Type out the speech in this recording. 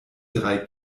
drei